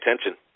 attention